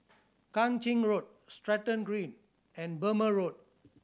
Kang Ching Road Stratton Green and Burmah Road